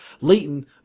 Leighton